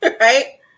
Right